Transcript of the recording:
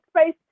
space